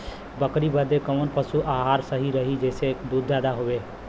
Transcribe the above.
बकरी बदे कवन पशु आहार सही रही जेसे दूध ज्यादा होवे?